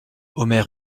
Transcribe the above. omer